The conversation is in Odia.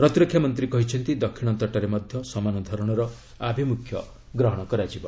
ପ୍ରତିରକ୍ଷାମନ୍ତ୍ରୀ କହିଛନ୍ତି ଦକ୍ଷିଣ ତଟରେ ମଧ୍ୟ ସମାନଧରଣର ଆଭିମୁଖ୍ୟ ଗ୍ରହଣ କରାଯିବ